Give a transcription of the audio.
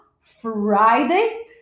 Friday